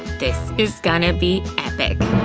this is gonna be epic